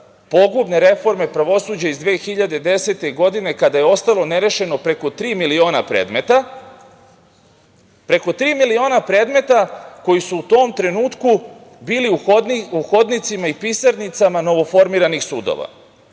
pogubne reforme pravosuđa iz 2010. godine kada je ostalo nerešeno preko tri miliona predmeta, preko tri miliona predmeta koji su u tom trenutku bili u hodnicima i pisarnicama novoformiranih sudova.